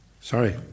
sorry